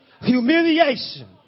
humiliation